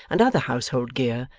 and other household gear,